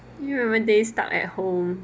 you remember days stuck at home